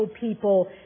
people